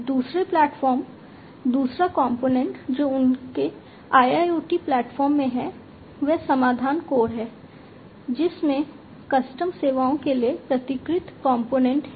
दूसरे प्लेटफॉर्म हैं